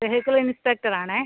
vehicle inspector ആണേ